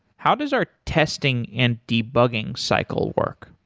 how does our testing and debugging cycle work?